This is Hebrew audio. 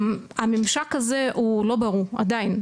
הממשק הזה הוא לא ברור, עדיין.